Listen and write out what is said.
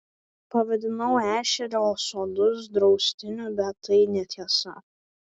pavadinau ešerio sodus draustiniu bet tai netiesa